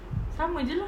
sama saja lah